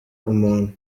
umuntu